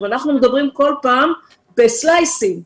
אנחנו מדברים כל פעם בסלייסים (slices).